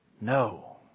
No